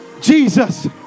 Jesus